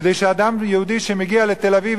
כדי שאדם יהודי שמגיע לתל-אביב,